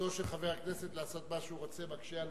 וזכותו של חבר כנסת לעשות מה שהוא רוצה מקשים עלינו,